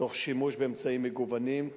תוך שימוש באמצעים מגוונים.